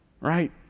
right